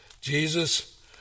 Jesus